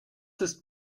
ist